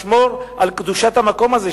לשמור על קדושת המקום הזה,